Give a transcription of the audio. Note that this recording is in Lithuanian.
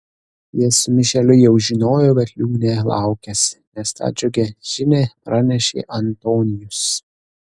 jie su mišeliu jau žinojo kad liūnė laukiasi nes tą džiugią žinią pranešė antonijus